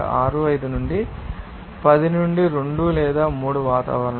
65 నుండి 10 నుండి 2 లేదా 3 వాతావరణంలో